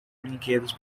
brinquedos